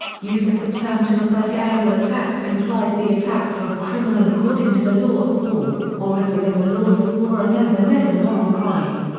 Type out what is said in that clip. use of the term to refer to aerial attacks implies implies the attacks are criminal according to the law of war, or if within the laws of war are nevertheless a moral crime.